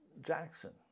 Jackson